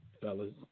fellas